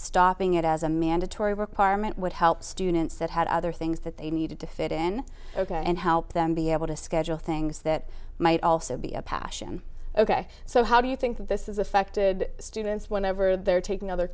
stopping it as a mandatory requirement would help students that had other things that they needed to fit in ok and help them be able to schedule things that might also be a passion ok so how do you think this is affected students whenever they're taking other